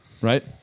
right